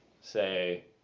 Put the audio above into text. say